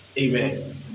Amen